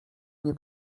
nie